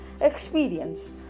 experience